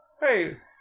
Hey